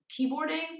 keyboarding